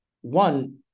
one